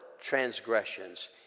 transgressions